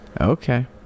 okay